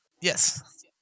yes